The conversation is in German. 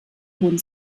hohen